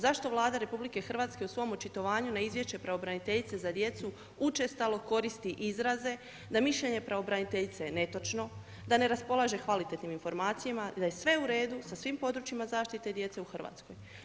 Zašto Vlada Republike Hrvatske u svom očitovanju na izvješće Pravobraniteljicu za djecu, učestalo koristi izraze, da mišljenje Pravobraniteljice je netočno, da ne raspolaže kvalitetnim informacijama, da je sve u redu, sa svim područjima zaštite djece u Hrvatskoj.